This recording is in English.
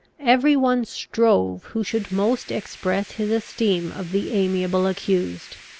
every one strove who should most express his esteem of the amiable accused.